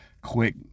quick